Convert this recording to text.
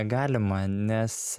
galima nes